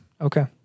Okay